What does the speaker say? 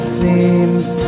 seems